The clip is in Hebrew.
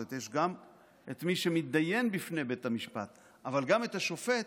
זאת אומרת יש גם את מי שמתדיין בפני בית המשפט אבל גם את השופט,